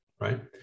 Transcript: right